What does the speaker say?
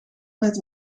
met